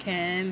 can